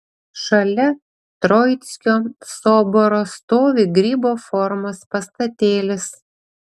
šalia troickio soboro stovi grybo formos pastatėlis